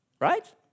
Right